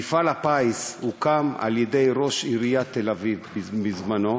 מפעל הפיס הוקם על-ידי ראש עיריית תל-אביב בזמנו,